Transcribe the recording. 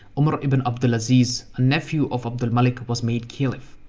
umar ibn abd al-aziz a nephew of abd al-malik was made caliph.